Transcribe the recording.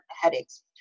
Headaches